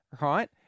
Right